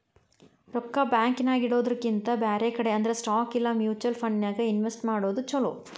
ರೊಕ್ಕಾ ಬ್ಯಾಂಕ್ ನ್ಯಾಗಿಡೊದ್ರಕಿಂತಾ ಬ್ಯಾರೆ ಕಡೆ ಅಂದ್ರ ಸ್ಟಾಕ್ ಇಲಾ ಮ್ಯುಚುವಲ್ ಫಂಡನ್ಯಾಗ್ ಇನ್ವೆಸ್ಟ್ ಮಾಡೊದ್ ಛಲೊ